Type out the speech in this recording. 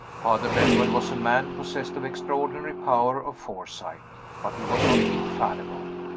father benwell was a man possessed of extraordinary power of foresight but he was not infallible.